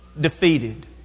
defeated